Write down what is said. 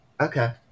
Okay